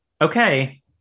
okay